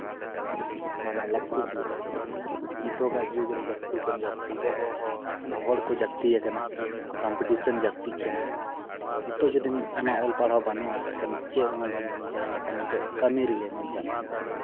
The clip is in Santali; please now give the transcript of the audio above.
ᱢᱟᱱᱮ ᱞᱟᱹᱠᱛᱤ ᱜᱮᱭᱟ ᱱᱤᱛᱚᱜᱟᱜ ᱡᱩᱜᱽ ᱨᱮ ᱡᱟᱹᱥᱛᱤ ᱠᱷᱚᱱ ᱡᱟᱹᱥᱛᱤ ᱢᱟᱱᱮ ᱦᱚᱲ ᱠᱚ ᱡᱟᱹᱥᱛᱤ ᱟᱠᱟᱱᱟ ᱠᱚᱢᱯᱤᱴᱤᱥᱮᱱ ᱡᱟᱹᱥᱛᱤᱜ ᱠᱟᱱᱟ ᱱᱤᱛᱚᱜ ᱡᱩᱫᱤ ᱟᱢᱟᱜ ᱚᱞ ᱯᱟᱲᱦᱟᱣ ᱵᱟᱹᱱᱩᱜᱼᱟ ᱮᱱᱠᱷᱟᱱ ᱪᱮᱫ ᱵᱟᱢ ᱡᱟᱦᱟᱸ ᱞᱮᱠᱟ ᱱᱤᱛᱚᱜ ᱠᱟᱹᱢᱤ ᱨᱮᱜᱮ ᱢᱮᱱ ᱠᱟᱜ ᱢᱮ